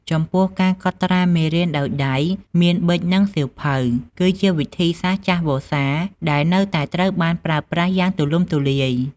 ចំពោះ ការកត់ត្រាមេរៀនដោយដៃ មាន ប៊ិចនិងសៀវភៅ គឺជាវិធីសាស្ត្រចាស់វស្សាដែលនៅតែត្រូវបានប្រើប្រាស់យ៉ាងទូលំទូលាយ។